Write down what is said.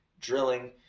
drilling